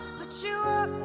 put you